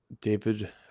david